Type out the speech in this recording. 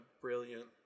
brilliant